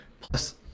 plus